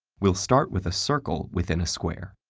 we'll start with a circle within a square,